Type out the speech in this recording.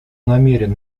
намерен